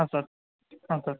ಹಾಂ ಸರ್ ಹಾಂ ಸರ್